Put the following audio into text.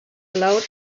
allowed